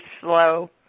slow